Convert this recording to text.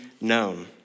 known